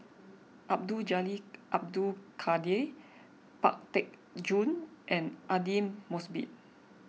Abdul Jalil Abdul Kadir Pang Teck Joon and Aidli Mosbit